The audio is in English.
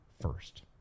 first